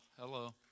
hello